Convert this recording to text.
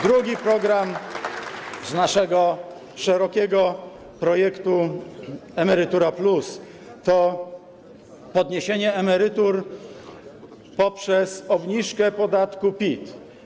Drugi program z naszego szerokiego projektu „Emerytura+” to podniesienie emerytur poprzez obniżkę podatku PIT.